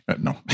No